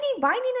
binding